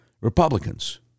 Republicans